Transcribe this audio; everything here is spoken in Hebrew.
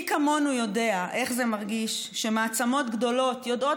מי כמונו יודע איך מרגישים כשמעצמות גדולות יודעות